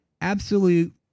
absolute